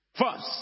first